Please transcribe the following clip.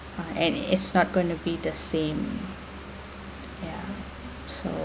ah and it's not going to be the same ya so